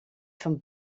van